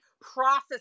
process